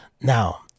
Now